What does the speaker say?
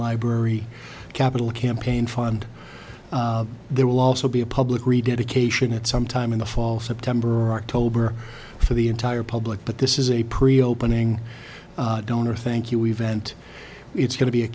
library capital campaign fund there will also be a public rededication at sometime in the fall september october for the entire public but this is a pre opening donor thank you event it's going to be a